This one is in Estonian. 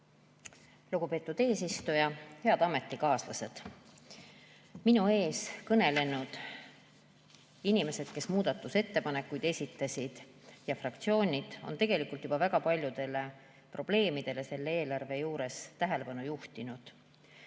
Lugupeetud eesistuja! Head ametikaaslased! Minu ees kõnelenud inimesed, kes muudatusettepanekuid esitasid, ja fraktsioonid on tegelikult juba väga paljudele probleemidele selles eelarves tähelepanu juhtinud.